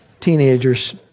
teenagers